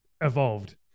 evolved